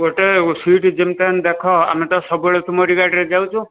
ଗୋଟେ ସିଟ୍ ଯେମିତି ହେଲେ ଦେଖ ଆମେ ତ ସବୁବେଳେ ତୁମରି ଗାଡ଼ିରେ ଯାଉଛୁ